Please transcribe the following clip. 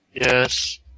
Yes